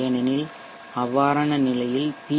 ஏனெனில் அவ்வாறான நிலையில் பி